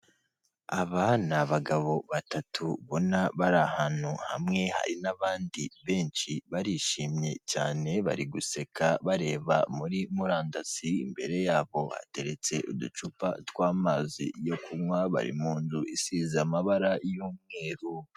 Aba ni abagabo batatu ubona bari ahantu hamwe, hari n'abandi benshi barishimye cyane bari guseka bareba muri murandasi, imbere yabo hateretse uducupa tw'amazi yo kunywa, bari mu nzu isize amabara y'umweru.